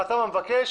חתם המבקש,